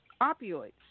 opioids